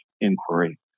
inquiry